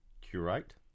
curate